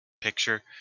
picture